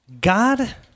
God